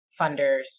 funders